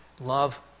love